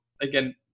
again